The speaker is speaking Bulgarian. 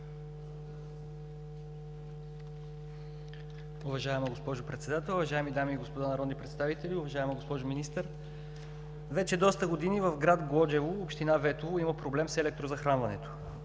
Уважаема госпожо Председател, уважаеми дами и господа народни представители! Уважаема госпожо Министър, вече доста години в град Глоджево, община Ветово, има проблем с електрозахранването.